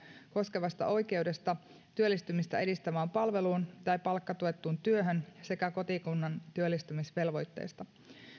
koskevasta oikeudesta työllistymistä edistävään palveluun tai palkkatuettuun työhön sekä kotikunnan työllistämisvelvoitteesta